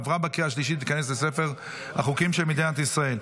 עברה בקריאה השלישית ותיכנס לספר החוקים של מדינת ישראל.